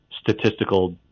statistical